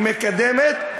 היא מקדמת,